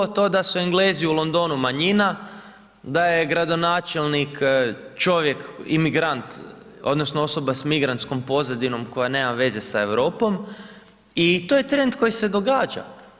To da su Englezi u Londonu manjina, da je gradonačelnik čovjek, imigrant, odnosno osoba sa migrantskom pozadinom koja nema veze sa Europom i to je trend koji se događa.